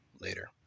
Later